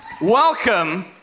Welcome